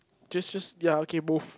just just ya okay both